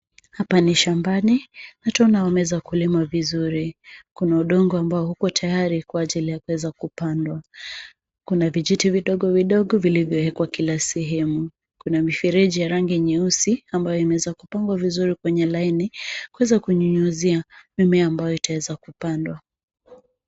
Hapa ni shambani. Tunaweza kuona wamelima vizuri. Kuna udongo ambao uko tayari kwa ajili ya kuweza kupandwa. Kuna vijiti vidogo vidogo vilivyowekwa kila sehemu. Kuna mifereji ya rangi ya nyeusi ambayo imeweza kupangwa vizuri kwenye laini kuweza kunyunyizia mimea ambayo itapandwa.